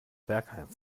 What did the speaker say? bergheim